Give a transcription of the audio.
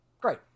great